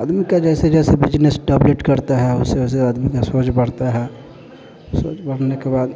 आदमी का जैसे जैसे बिजनेस स्टैब्लेट करता है वैसे वैसे आदमी का सोच बढ़ता है सोच बढ़ने के बाद